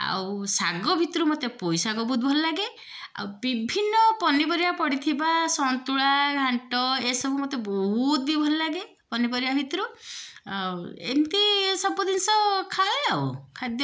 ଆଉ ଶାଗ ଭିତରୁ ମତେ ପୋଇ ଶାଗ ବହୁତ ଭଲ ଆଉ ବିଭିନ୍ନ ପନିପରିବା ପଡ଼ିଥିବା ସନ୍ତୁଳା ଘାଣ୍ଟ ଏ ସବୁ ମୋତେ ବହୁତ ବି ଭଲ ଲାଗେ ପନିପରିବା ଭିତରୁ ଆଉ ଏମିତି ସବୁ ଜିନିଷ ଖାଏ ଆଉ ଖାଦ୍ୟ